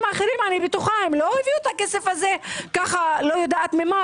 אחרים הם לא הביאו את הכסף לא יודעת ממה,